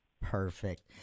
Perfect